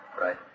Right